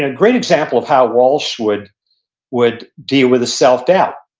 ah great example of how walsh would would deal with the self-doubt.